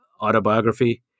autobiography